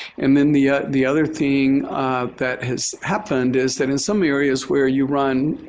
and then the the other thing that has happened is that in some areas where you run,